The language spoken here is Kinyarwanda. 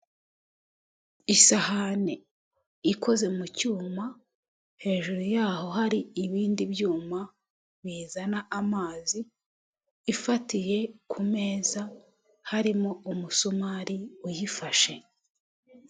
Isahani ikoze mu cyuma hejuru yaho hari ibindi byuma bizana amazi, ifatiye ku meza harimo umusumari uyifashe.